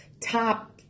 top